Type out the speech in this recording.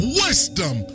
wisdom